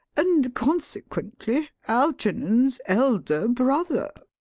and consequently algernon's elder brother.